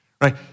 right